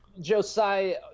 Josiah